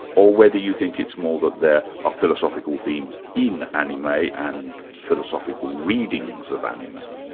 or whether you think it's more that there are philosophical themes in anime and philosophical readings of anime.